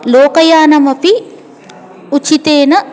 लोकयानमपि उचितेन